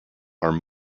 are